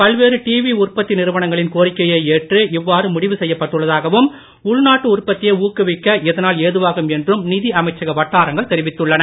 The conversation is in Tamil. பல்வேறு டிவி உற்பத்தி நிறுவனங்களின் கோரிக்கையை ஏற்று இவ்வாறு முடிவு செய்யப் பட்டுள்ளதாகவும் உள்நாட்டு உற்பத்தியை ஊக்குவிக்க இதனால் ஏதுவாகும் என்றும் நிதி அமைச்சக வட்டாரங்கள் தெரிவித்துள்ளன